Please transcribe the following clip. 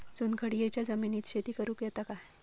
चुनखडीयेच्या जमिनीत शेती करुक येता काय?